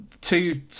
two